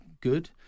good